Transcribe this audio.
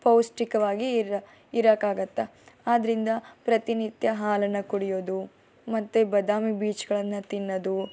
ಪೌಷ್ಟಿಕವಾಗಿ ಇರ ಇರೋಕಾಗುತ್ತೆ ಆದರಿಂದ ಪ್ರತಿನಿತ್ಯ ಹಾಲನ್ನು ಕುಡಿಯೋದು ಮತ್ತು ಬಾದಾಮಿ ಬೀಜಗಳನ್ನು ತಿನ್ನೋದು